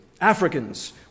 Africans